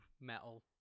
metal